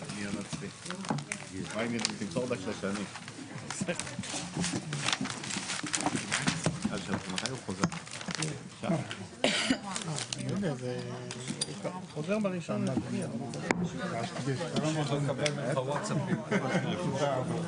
10:34.